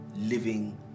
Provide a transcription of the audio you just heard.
living